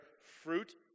fruit